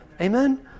Amen